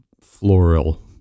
floral